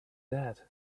that